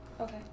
Okay